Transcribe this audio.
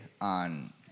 on